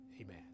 Amen